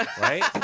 Right